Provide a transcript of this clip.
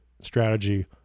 strategy